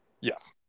Yes